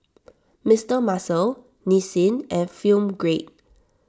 Mister Muscle Nissin and Film Grade